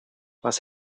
was